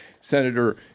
Senator